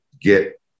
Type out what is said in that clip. get